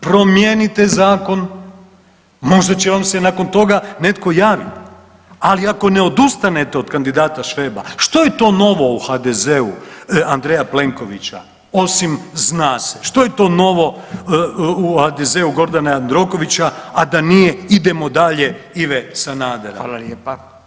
Promijenite Zakon, možda će vam se nakon toga netko javiti, ali ako ne odustanete od kandidata Šveba, što je to novo u HDZ-u Andreja Plenkovića, osim zna se, što je to novo u HDZ-u Gordana Jandrokovića, a da nije idemo dalje Ive Sanadera.